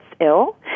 ill